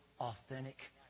authentic